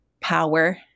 power